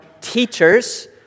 teachers